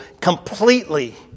completely